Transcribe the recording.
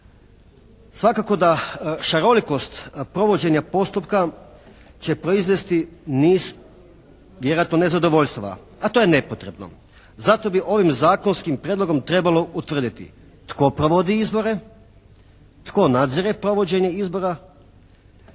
Svakako da šarolikost provođenja postupka će proizvesti niz vjerojatno nezadovoljstava, a to je nepotrebno. Zato bi ovim zakonskim prijedlogom trebalo utvrditi tko providi izbore, tko nadzire provođenje izbora